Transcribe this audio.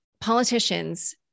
politicians